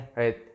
right